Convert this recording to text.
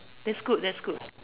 that's good that's good